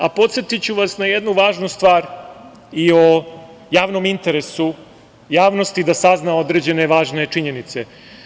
Podsetiću vas na jednu važnu stvar i o javnom interesu javnosti da sazna određene važne činjenice.